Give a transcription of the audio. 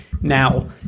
now